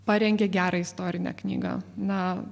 parengia gerą istorinę knygą na